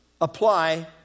apply